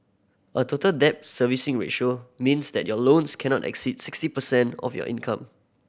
a Total Debt Servicing Ratio means that your loans cannot exceed sixty percent of your income